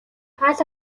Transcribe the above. хаалга